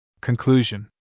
CONCLUSION